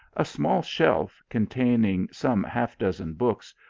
a small shelf, containing some half dozen books,